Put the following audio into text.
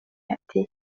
يأتي